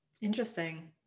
Interesting